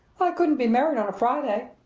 couldn't be married on a friday!